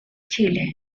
chile